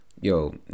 yo